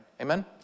Amen